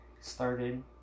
started